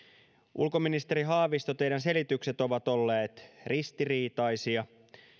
ulkoministeri haavisto teidän selityksenne ovat olleet ristiriitaisia